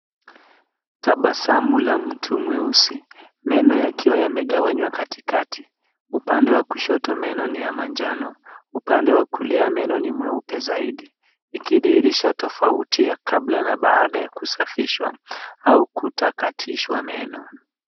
Tabasamu la mtu mweusi, meno yakiwa yamegawanywa katikati. Upande wa kushoto meno ni ya manjano, upande wa kulia meno ni mweupe zaidi. Ikidhihirisha tofauti ya kabla na baada ya kusafishwa, au kutakatishwa meno.